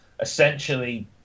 essentially